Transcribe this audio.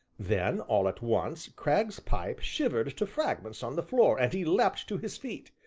then, all at once, cragg's pipe shivered to fragments on the floor and he leapt to his feet.